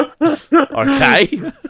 Okay